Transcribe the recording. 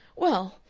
well,